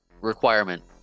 requirement